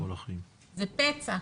זה פצע,